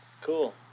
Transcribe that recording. Cool